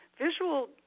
visual